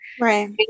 right